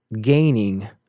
gaining